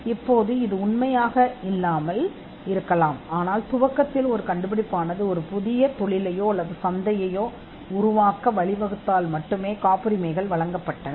இது இப்போது உண்மையாக இருக்காது ஆனால் ஆரம்பத்தில் அந்த கண்டுபிடிப்பு ஒரு புதிய தொழில் அல்லது சந்தையை உருவாக்க வழிவகுக்கும் என்றால் காப்புரிமை வழங்கப்பட்டது